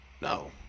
no